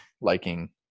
liking